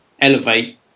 elevate